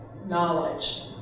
knowledge